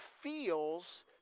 feels